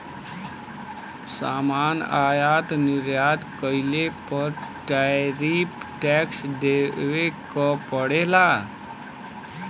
सामान आयात निर्यात कइले पर टैरिफ टैक्स देवे क पड़ेला